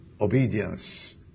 obedience